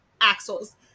axles